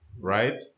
Right